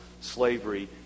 slavery